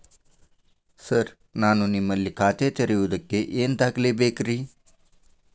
Sir ನಾನು ನಿಮ್ಮಲ್ಲಿ ಖಾತೆ ತೆರೆಯುವುದಕ್ಕೆ ಏನ್ ದಾಖಲೆ ಬೇಕ್ರಿ?